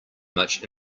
much